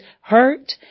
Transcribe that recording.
hurt